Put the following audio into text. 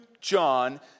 John